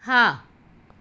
હા